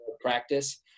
practice